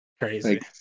crazy